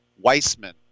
Weissman